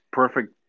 perfect